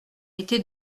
était